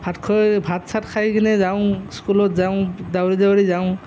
ভাত খুৱাই ভাত চাত খাই কেনি যাওঁ স্কুলত যাওঁ দৌৰি দৌৰি যাওঁ